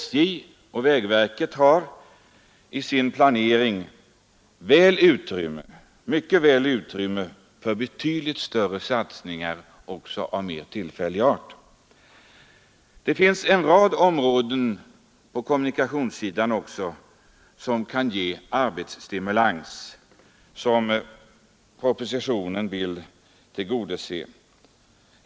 SJ och vägverket har i sin planering mycket stort utrymme för betydligt större satsningar även av mer tillfällig art. Det finns även en rad områden på kommunikationssidan som kan ge arbetsstimulans, ett syfte som propositionen vill tillgodose.